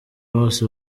bose